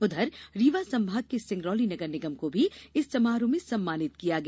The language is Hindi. उधर रीवा संभाग के सिंगरौली नगर निगम को भी इस समारोह में सम्मानित किया गया